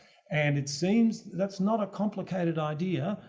and it seems, that's not a complicated idea,